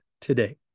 today